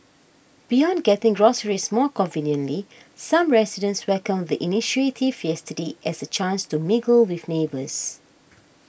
beyond getting groceries more conveniently some residents welcomed the initiative yesterday as a chance to mingle with neighbours